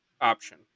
option